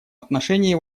отношении